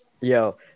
yo